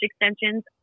extensions